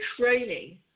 training